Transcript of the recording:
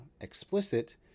explicit